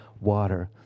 water